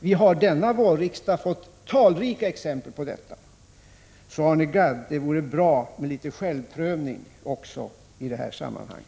Vi har denna vårsession fått talrika exempel på detta. Det vore önskvärt, Arne Gadd, med litet självprövning också i detta sammanhang.